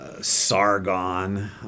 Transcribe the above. Sargon